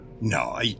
No